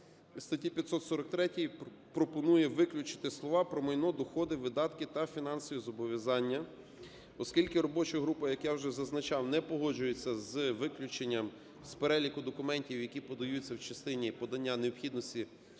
статті 543 пропонує виключити слова "про майно, доходи, видатки та фінансові зобов'язання". Оскільки робоча група, як я вже зазначав, не погоджується з виключенням з переліку документів, які подаються в частині подання, необхідності